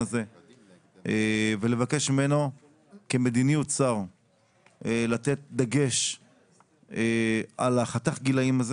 הזה ולבקש ממנו כמדיניות שר לתת דגש על חתך הגילאים הזה